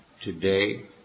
Today